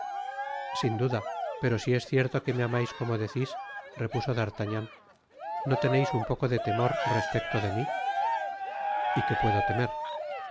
sin duda pero si es cierto que me amais como decis repuso dartagnan no teneis un poco de temor respecto de mi y qué puedo temer